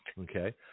Okay